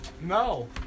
No